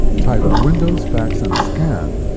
type windows fax and scan,